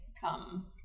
come